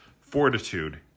fortitude